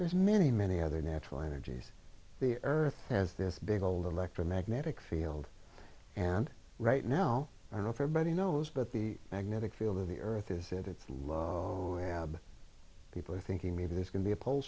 there's many many other natural energies the earth has this big old electromagnetic field and right now i don't know if everybody knows but the magnetic field of the earth is it it's a lot of people are thinking maybe this can be a pol